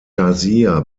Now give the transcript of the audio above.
berge